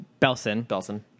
Belson